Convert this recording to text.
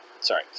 Sorry